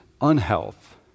unhealth